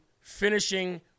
finishing